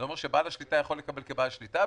זה אומר שבעל השליטה יכול לקבל כבעל שליטה,